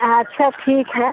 अच्छा ठीक है